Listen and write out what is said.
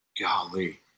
Golly